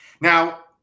Now